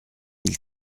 mille